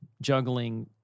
juggling